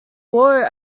wore